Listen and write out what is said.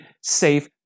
safe